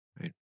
Right